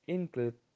Include